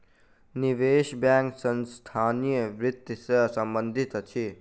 निवेश बैंक संस्थानीय वित्त सॅ संबंधित अछि